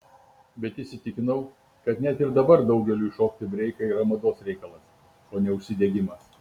bet įsitikinau kad net ir dabar daugeliui šokti breiką yra mados reikalas o ne užsidegimas